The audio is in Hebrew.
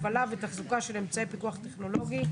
הפעלה ותחזוקה של אמצעי פיקוח טכנולוגי,